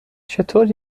چطور